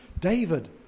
David